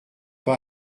pas